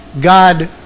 God